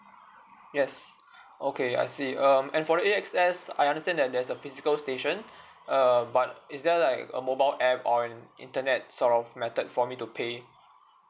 yes okay I see um and for the A_X_S I understand that there's a physical station err but is there like a mobile app or internet sort of method for me to pay